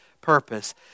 purpose